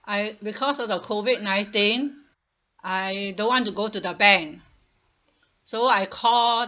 I because of the COVID nineteen I don't want to go to the bank so I call